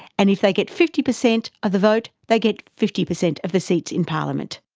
and if they get fifty percent of the vote they get fifty percent of the seats in parliament.